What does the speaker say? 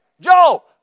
Joe